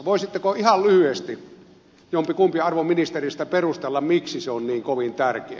voisitteko ihan lyhyesti jompikumpi arvon ministereistä perustella miksi se on niin kovin tärkeää